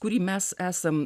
kurį mes esam